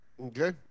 Okay